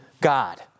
God